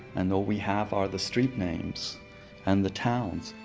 and all we have are the street names and the towns.